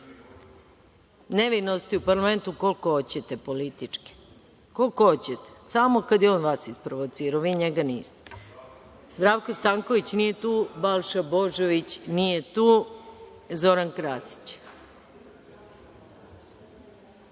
Nevinosti u parlamentu koliko hoćete političke, koliko hoćete, samo kad je on vas isprovocirao, a vi njega niste. Zdravko Stanković nije tu. Balša Božović, nije tu. Reč ima